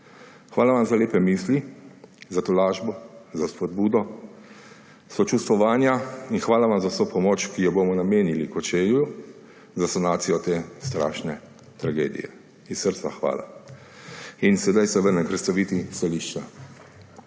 Hvala vam za lepe misli, za tolažbo, za spodbudo, sočustvovanja in hvala vam za vso pomoč, ki jo bomo namenili Kočevju za sanacijo te strašne tragedije. Iz srca hvala. In sedaj se vrnem k predstavitvi stališča.